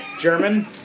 German